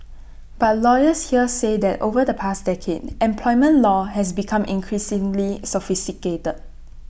but lawyers here say that over the past decade employment law has become increasingly sophisticated